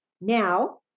Now